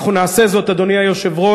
אנחנו נעשה זאת, אדוני היושב-ראש,